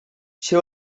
she